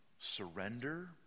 Surrender